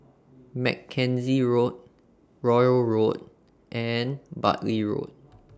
Mackenzie Road Royal Road and Bartley Road